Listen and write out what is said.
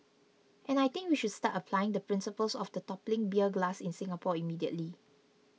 and I think we should start applying the principles of the toppling beer glass in Singapore immediately